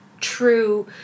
true